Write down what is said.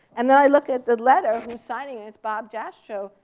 and then i look at the letter who's signing it, it's bob jastrow,